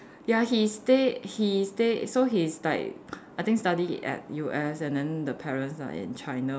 ya he stay he stay so he's like I think study at U_S and then the parents are in China